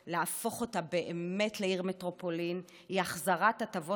אותה באמת לעיר מטרופולין הוא החזרת הטבות המס